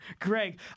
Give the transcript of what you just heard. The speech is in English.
Greg